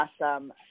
awesome